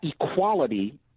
equality